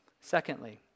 Secondly